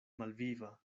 malviva